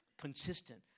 Consistent